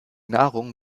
nahrung